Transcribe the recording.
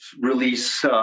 release